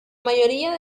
mayoría